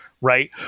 Right